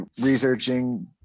researching